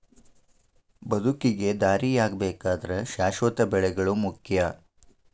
ಬದುಕಿಗೆ ದಾರಿಯಾಗಬೇಕಾದ್ರ ಶಾಶ್ವತ ಬೆಳೆಗಳು ಮುಖ್ಯ